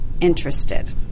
interested